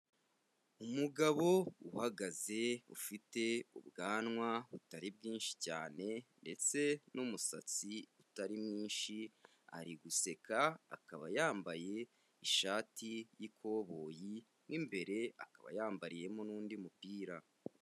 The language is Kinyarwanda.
Umugabo uhagaze ufite ubwanwa butari bwinshi cyane ndetse n'umusatsi utari mwinshi, ari guseka akaba yambaye ishati y'ikoboyi, mo imbere akaba yambariyemo n'undi mupira.